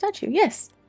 yes